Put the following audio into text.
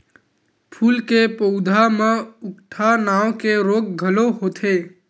फूल के पउधा म उकठा नांव के रोग घलो होथे